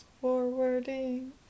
forwarding